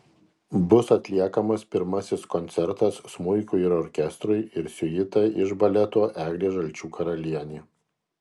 bus atliekamas pirmasis koncertas smuikui ir orkestrui ir siuita iš baleto eglė žalčių karalienė